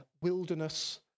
wilderness